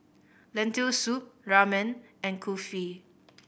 Lentil Soup Ramen and Kulfi